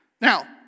Now